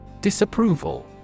Disapproval